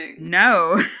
No